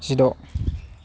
जिद'